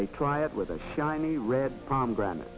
they try it with a shiny red prom brand